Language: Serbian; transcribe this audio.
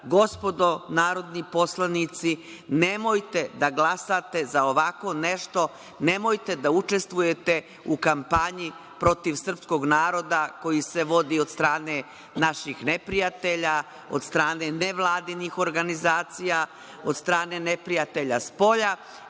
gospodo narodni poslanici, nemojte da glasate za ovako nešto, nemojte da učestvujete u kampanji protiv srpskog naroda koji se vodi od strane naših neprijatelja, od strane nevladinih organizacija, od strane neprijatelja spolja